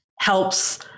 helps